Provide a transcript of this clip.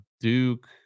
Duke